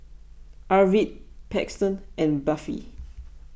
Arvid Paxton and Buffy